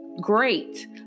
Great